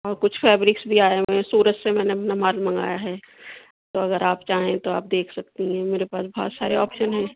اور کچھ فیبرکس بھی آئے ہوئے ہیں سورت سے میں نے اپنا مال منگایا ہے تو اگر آپ چاہیں تو آپ دیکھ سکتی ہیں میرے پاس بہت سارے آپشن ہیں